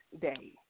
day